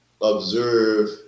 observe